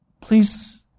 please